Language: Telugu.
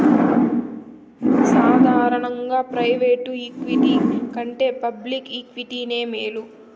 సాదారనంగా ప్రైవేటు ఈక్విటి కంటే పబ్లిక్ ఈక్విటీనే మేలు